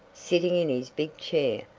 sitting in his big chair,